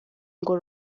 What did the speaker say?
ngo